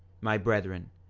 my brethren,